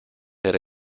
era